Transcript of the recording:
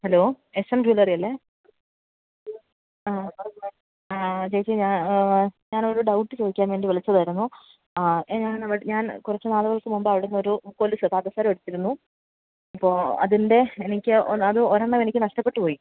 hello S M jewellery അല്ലേ ആ ആ ചേച്ചി ഞാൻ ഞാൻ ഒരു ഡൗട്ട് ചോദിക്കാന് വേണ്ടി വിളിച്ചതായിരുന്നു ഞാൻ അവിടെ ഞാന് കുറച്ച് നാളുകള്ക്ക് മുൻപ് അവിടുന്നൊരു കൊലുസ് പാദസരം എടുത്തിരുന്നു അപ്പോൾ അതിന്റെ എനിക്ക് ഉണ്ട് അത് ഒരെണ്ണം എനിക്ക് നഷ്ടപ്പെട്ട് പോയി